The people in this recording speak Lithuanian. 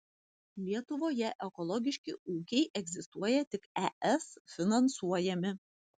lietuvoje ekologiški ūkiai egzistuoja tik es finansuojami